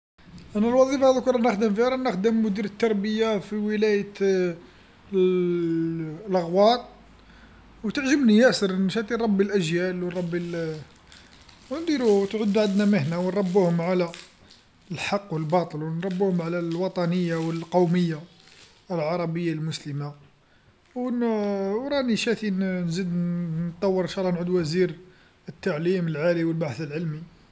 أنا الوظيفه راني ضرك نخدم فيها راني خدام مدير التربيه في ولاية ال- ال- الاغواط وتعجبني ياسر، نشتي نربي الأجيال ونربي ال، ونديرو تعود عندنا مهنه ونربوهم على الحق والباطل ونربوهم على الوطنيه والقوميه العربيه المسلمه، ون- وراني شافي نزيد ن- نطور ان شاء الله نعود وزير التعليم العالي والبحث العلمي.